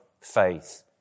faith